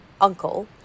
uncle